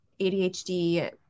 ADHD